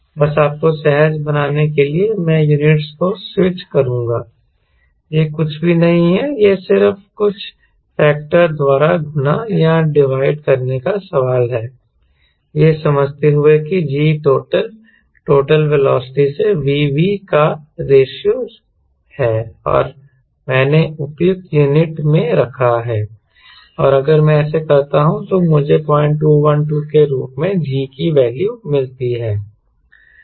बस आपको सहज बनाने के लिए मैं यूनिटस को स्विच करूंगा यह कुछ भी नहीं है यह सिर्फ कुछ फैक्टर द्वारा गुणा या डिवाइड करने का सवाल है यह समझते हुए कि G टोटल वेलोसिटी से Vv का रेशों है और मैंने उपयुक्त यूनिट में रखा है और अगर मैं ऐसा करता हूं तो मुझे 0212 के रूप में G की वैल्यू मिलती है